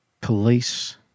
police